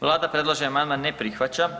Vlada predloženi amandman ne prihvaća.